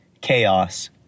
Chaos